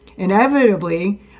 Inevitably